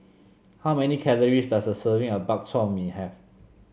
how many calories does a serving of Bak Chor Mee have